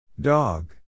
Dog